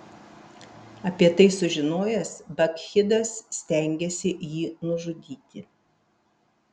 apie tai sužinojęs bakchidas stengėsi jį nužudyti